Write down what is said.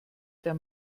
der